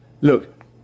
look